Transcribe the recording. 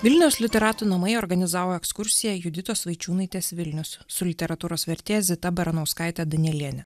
vilniaus literatų namai organizavo ekskursiją juditos vaičiūnaitės vilnius su literatūros vertėja zita baranauskaite danieliene